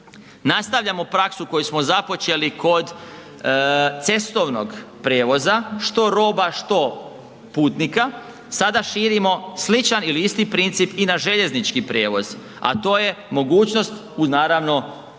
nastavljamo praksu koju smo započeli kod cestovnog prijevoza, što roba, što putnika, sada širimo sličan ili isti princip i na željeznički prijevoz, a to je mogućnost uz naravno